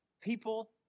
people